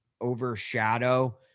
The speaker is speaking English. overshadow